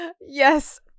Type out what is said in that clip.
Yes